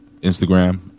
Instagram